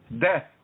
Death